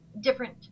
different